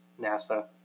NASA